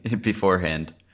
beforehand